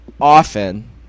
often